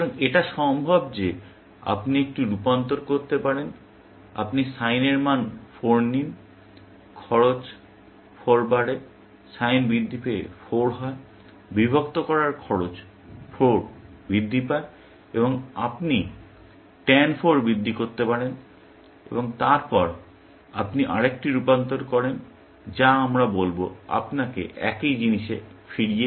সুতরাং এটা সম্ভব যে আপনি একটি রূপান্তর করতে পারেন আপনি sin এর মান 4 নিন খরচ 4 বাড়ে sin বৃদ্ধি পেয়ে 4 হয় বিভক্ত করার খরচ 4 বৃদ্ধি পায় এবং আপনি tan 4 বৃদ্ধি করতে পারেন এবং তারপর আপনি আরেকটি রূপান্তর প্রয়োগ করেন যা আমরা বলব আপনাকে একই জিনিসে ফিরিয়ে নিয়ে যাবে